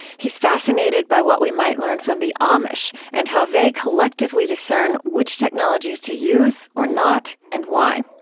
he's fascinated by what we might learn from the amish and how they collectively discern which technologies to use or not, and why.